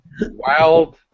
wild